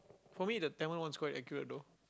for me the Tamil one is quite accurate though